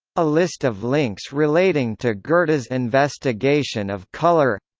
a list of links relating to goethe's investigation of colour